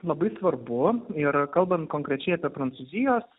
labai svarbu ir kalbant konkrečiai apie prancūzijos